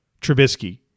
Trubisky